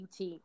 UT